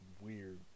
weird